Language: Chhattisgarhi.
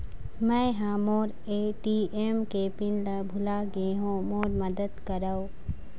मै ह मोर ए.टी.एम के पिन ला भुला गे हों मोर मदद करौ